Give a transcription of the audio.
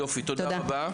תודה.